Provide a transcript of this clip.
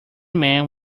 men